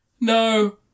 no